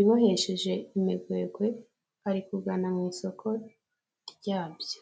ibohesheje imigwegwe bari kugana mu isoko ryabyo.